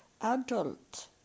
adult